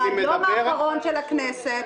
ביום האחרון של הכנסת,